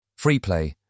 FreePlay